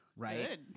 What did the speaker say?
Right